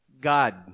God